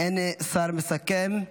אין שר מסכם.